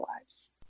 lives